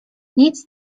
nic